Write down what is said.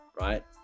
right